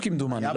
כמדומני,